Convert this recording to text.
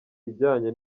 ijyanye